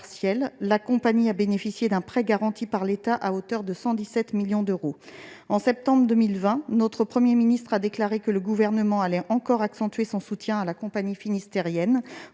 la compagnie a bénéficié d'un PGE à hauteur de 117 millions d'euros. En septembre 2020, notre Premier ministre a déclaré que le Gouvernement allait encore accentuer son soutien à la compagnie finistérienne